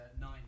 Nine